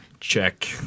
Check